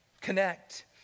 connect